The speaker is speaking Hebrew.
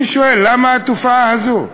אני שואל: למה התופעה הזאת?